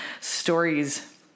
stories